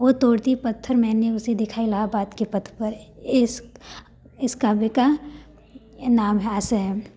वह तोड़ती पत्थर मैंने उसे देखा इलाहाबाद के पथ पर इस्क इस काव्य का यह नाम है यह आशय है